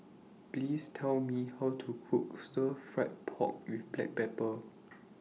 Please Tell Me How to Cook Stir Fried Pork with Black Pepper